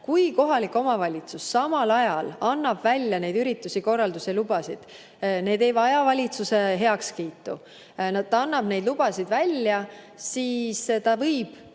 Kui kohalik omavalitsus annab välja ürituste korralduse lubasid, mis ei vaja valitsuse heakskiitu, kui ta annab neid lubasid välja, siis ta võib